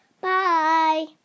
bye